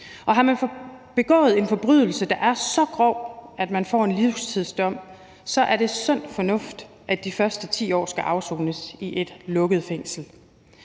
Og har man begået en forbrydelse, der er så grov, at man får en livstidsdom, så er det sund fornuft, at de første 10 år skal afsones i et lukket fængsel.